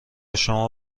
شما